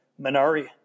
Minari